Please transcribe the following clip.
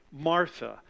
Martha